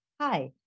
hi